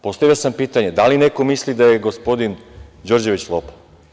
Postavio sam pitanje - da li neko misli da je gospodin Đorđević lopov?